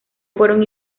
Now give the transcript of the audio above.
fueron